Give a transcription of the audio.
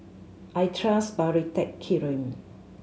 I trust Baritex